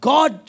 God